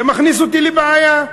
זה מכניס אותי לבעיה.